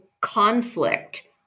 conflict